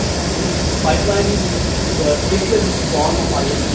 this is pipelining is the simplest form of like